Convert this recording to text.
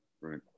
right